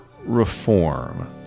reform